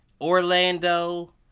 Orlando